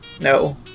No